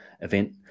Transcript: event